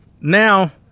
now